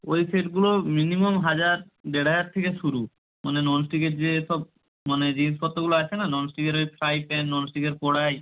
ওই সেটগুলো মিনিমাম হাজার দেড় হাজার থেকে শুরু মানে ননস্টিকের যেসব মানে জিনিসপত্রগুলো আছে না ননস্টিকের ওই ফ্রাই প্যান ননস্টিকের কড়াই